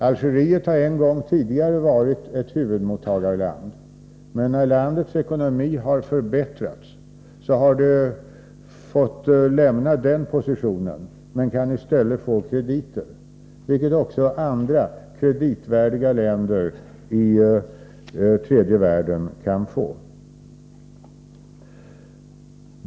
Algeriet har en gång tidigare varit ett huvudmottagarland, men när landets ekonomi förbättrats har det fått lämna den positionen men kan i stället få krediter, vilket också andra kreditvärdiga länder i tredje världen kan få.